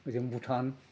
ओजों भुटान